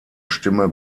stimme